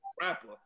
rapper